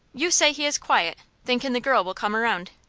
you say he is quiet, thinkin' the girl will come around?